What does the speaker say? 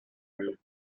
room